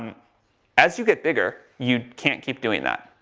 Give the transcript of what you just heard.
as you get bigger, you can't keep doing that.